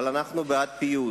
אבל אנחנו בעד פיוס.